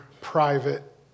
private